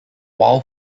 while